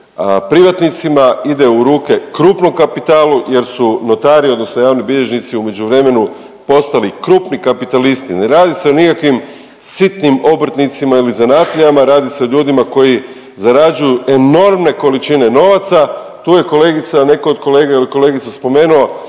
privatnicima, ide u ruke krupnom kapitalu jer su notari, odnosno javni bilježnici u međuvremenu postali krupni kapitalisti. Ne radi se o nikakvim sitnim obrtnicima ili zanatlijama, radi se o ljudima koji zarađuju enormne količine novaca, tu je kolegica, neko od kolega ili kolegica spomenuo